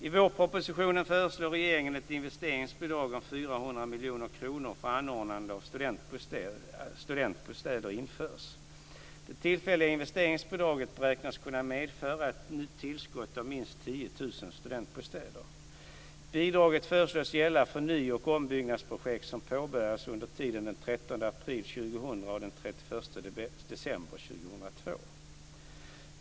I vårpropositionen föreslår regeringen att ett investeringsbidrag om 400 miljoner kronor för anordnande av studentbostäder införs. Det tillfälliga investeringsbidraget beräknas kunna medföra ett tillskott av minst 10 000 studentbostäder. Bidraget föreslås gälla för ny och ombyggnadsprojekt som påbörjas under tiden den 13 april 2000-31 december 2002.